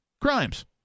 crimes